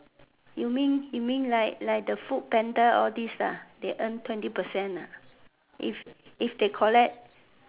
you mean you mean like like the foodpanda all these ah they earn twenty percent ah if if they collect